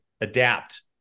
adapt